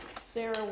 Sarah